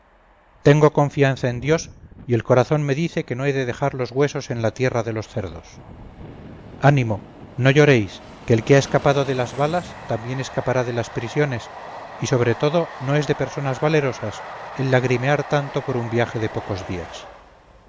tengo confianza en dios y el corazón me dice que no he de dejar los huesos en la tierra de los cerdos ánimo no lloréis que el que ha escapado de las balas también escapará de las prisiones y sobre todo no es de personas valerosas el lagrimear tanto por un viaje de pocos días